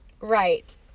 Right